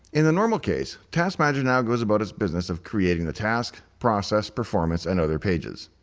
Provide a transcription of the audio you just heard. in the normal case, task manager now goes about its business of creating the task, process, performance, and other pages.